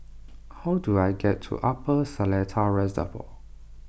how do I get to Upper Seletar Reservoir